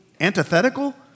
antithetical